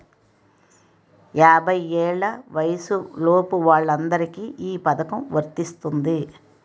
యాభై ఏళ్ల వయసులోపు వాళ్ళందరికీ ఈ పథకం వర్తిస్తుంది